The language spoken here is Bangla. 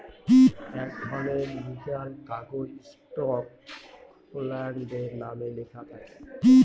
এক ধরনের লিগ্যাল কাগজ স্টক হোল্ডারদের নামে লেখা থাকে